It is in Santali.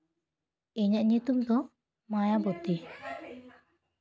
ᱤᱧᱟᱹᱜ ᱧᱩᱛᱩᱢ ᱫᱚ ᱢᱟᱭᱟᱵᱚᱛᱤ